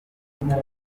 urukiko